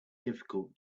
difficult